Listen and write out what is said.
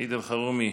סעיד אלחרומי,